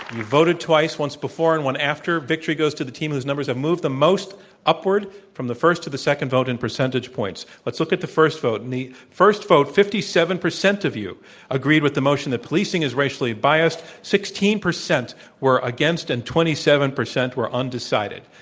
voted twice, once before and one after. victory goes to the team whose numbers have moved the most upward from the first to the second vote in percentage. let's look at the first vote. in the first vote, fifty seven percent of you agreed with the motion that policing is racially biased, sixteen percent were against, and twenty seven percent were undecided.